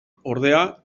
ordea